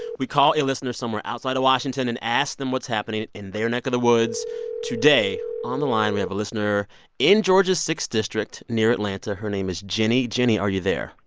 we call a listener somewhere outside of washington and ask them what's happening in their neck of the woods today on the line, we have a listener in georgia's sixth district near atlanta. her name is gynni. gynni, are you there?